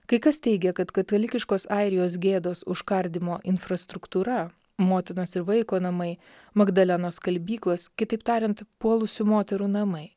kai kas teigia kad katalikiškos airijos gėdos užkardymo infrastruktūra motinos ir vaiko namai magdalenos skalbyklos kitaip tariant puolusių moterų namai